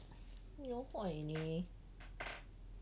你很坏 eh 你